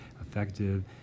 effective